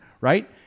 Right